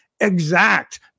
exact